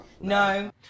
No